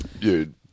Dude